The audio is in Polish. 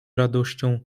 radością